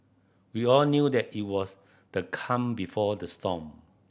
we all knew that it was the calm before the storm